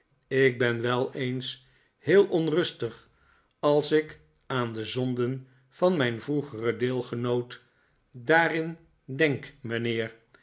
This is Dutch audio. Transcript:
ik ben wel eens heel onrustig als ik aan de zonden van mijn vroegere deelgenooten daarin denk mijnheer